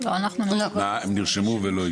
הם נרשמו ולא הגיעו?